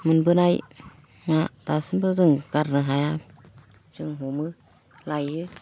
मोनबोनाय ना दासिमबो जों गारनो हाया जों हमो लाइयो